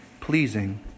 pleasing